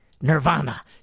nirvana